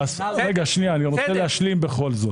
מי ששולט במינהל זה ממשלת ישראל.